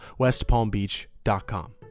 westpalmbeach.com